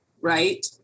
right